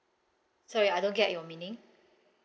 sorry I don't get your meaning